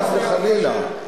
חס וחלילה.